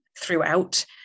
throughout